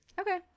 Okay